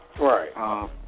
Right